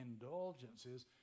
indulgences